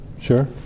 sure